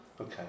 Okay